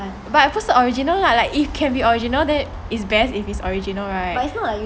but 不是 original lah like if can original it's best if original right